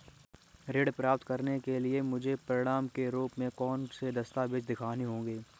ऋण प्राप्त करने के लिए मुझे प्रमाण के रूप में कौन से दस्तावेज़ दिखाने होंगे?